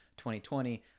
2020